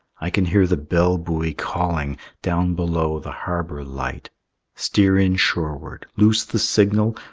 i can hear the bell-buoy calling down below the harbor light steer in shoreward, loose the signal,